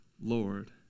Lord